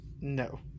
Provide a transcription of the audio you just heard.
No